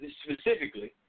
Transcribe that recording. specifically